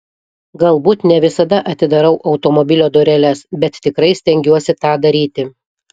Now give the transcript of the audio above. galbūt ne visada atidarau automobilio dureles bet tikrai stengiuosi tą daryti